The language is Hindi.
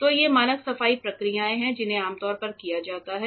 तो ये मानक सफाई प्रक्रियाएं हैं जिन्हें आमतौर पर किया जाता है